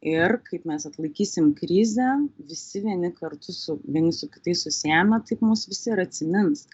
ir kaip mes atlaikysim krizę visi vieni kartu su vieni su kitais susiėmę taip mus visi ir atsimins